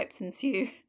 ensue